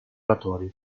oratorio